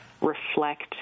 reflect